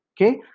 okay